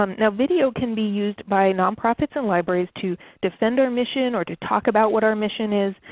um and video can be used by nonprofits and libraries to defend our mission, or to talk about what our mission is.